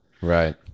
Right